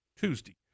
Tuesday